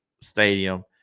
stadium